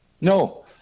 No